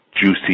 juicy